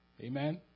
Amen